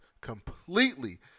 completely